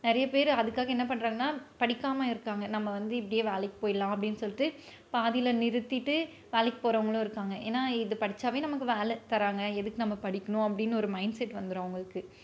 நிறைய பேர் அதுக்காக என்ன பண்ணுறாங்னா படிக்காமல் இருக்காங்க நம்ம வந்து இப்படியே வேலைக்கு போயிடலாம் அப்படின் சொல்லிட்டு பாதியில் நிறுத்திவிட்டு வேலைக்கு போறவங்களும் இருக்காங்க ஏன்னால் இது படித்தாவே நமக்கு வேலை தராங்க எதுக்கு நம்ம படிக்கணும் அப்படின்னு ஒரு மைண்ட் செட் வந்துடும் அவங்களுக்கு